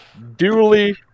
Duly